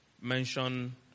mention